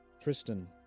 Tristan